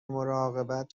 مراقبت